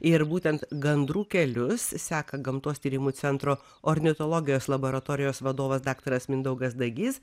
ir būtent gandrų kelius seka gamtos tyrimų centro ornitologijos laboratorijos vadovas daktaras mindaugas dagys